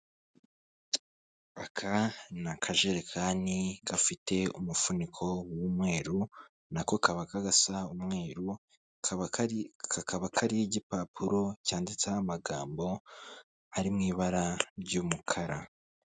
Aka ni akajerekani gafite umufuniko w'umweru nako kaba gasa n'umweru kaba kari kakaba kari igipapuro cyanditseho amagambo ari mu ibara ry'umukara.